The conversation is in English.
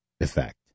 effect